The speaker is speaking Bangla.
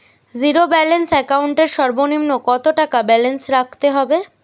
জীরো ব্যালেন্স একাউন্ট এর সর্বনিম্ন কত টাকা ব্যালেন্স রাখতে হবে?